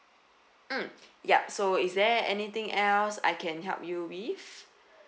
mm yup so is there anything else I can help you with